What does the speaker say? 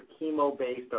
chemo-based